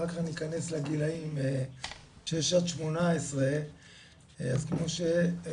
אחר כך אני אכנס לגילאים 6-18. אז כמו שאמרת,